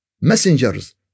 messengers